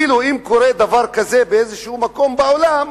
אם קורה דבר כזה באיזה מקום בעולם,